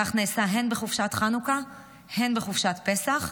כך נעשה הן בחופשת חנוכה הן בחופשת פסח,